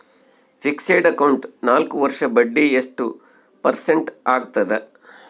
Fixed account ನಾಲ್ಕು ವರ್ಷಕ್ಕ ಬಡ್ಡಿ ಎಷ್ಟು ಪರ್ಸೆಂಟ್ ಆಗ್ತದ?